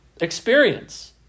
experience